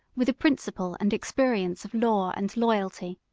with the principle and experience of law and loyalty.